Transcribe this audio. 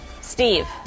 Steve